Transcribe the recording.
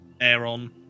Aaron